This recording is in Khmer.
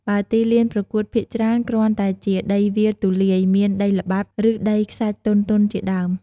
បើទីលានប្រកួតភាគច្រើន គ្រាន់តែជាដីវាលទូលាយ មានដីល្បាប់ ឬដីខ្សាច់ទន់ៗជាដើម។